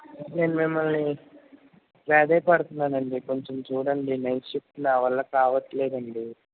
నేను మిమ్మల్ని ప్రాదేయపడుతున్నానండి కొంచెం చూడండి నైట్ షిఫ్ట్లు నా వల్ల కావట్లేదండి